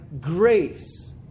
grace